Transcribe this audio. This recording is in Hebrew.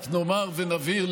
רק נאמר ונבהיר,